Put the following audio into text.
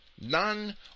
None